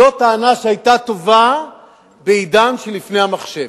זאת טענה שהיתה טובה בעידן שלפני המחשב.